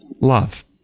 Love